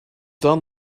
down